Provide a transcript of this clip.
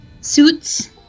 Suits